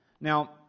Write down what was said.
Now